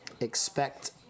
Expect